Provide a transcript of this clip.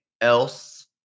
else